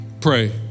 pray